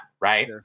Right